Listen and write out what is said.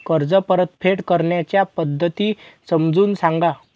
कर्ज परतफेड करण्याच्या पद्धती समजून सांगा